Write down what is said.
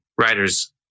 writers